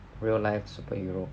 real life superhero